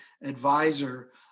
advisor